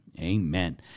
Amen